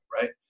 right